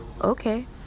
okay